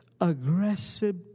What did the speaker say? Aggressive